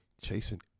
chasing